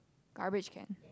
garbage can